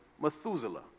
Methuselah